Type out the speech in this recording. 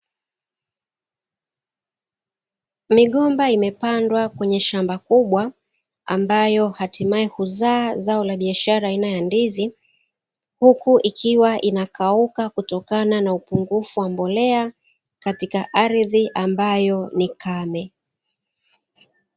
Migomba imepandwa kwenye shamba kubwa, ambayo hatimaye huzaa shamba la biashara aina ya ndizi, huku ikiwa inakauka kutokana na upungufu wa mbolea katika aridhi ambayo ni kame.